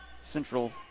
Central